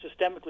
systemically